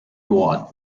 ward